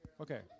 Okay